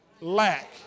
lack